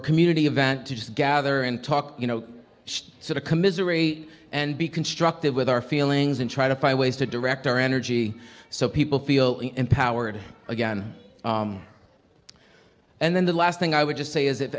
a community event to just gather and talk you know sort of commiserate and be constructive with our feelings and try to find ways to direct our energy so people feel empowered again and then the last thing i would just say is if